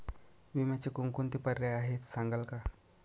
विम्याचे कोणकोणते पर्याय आहेत सांगाल का?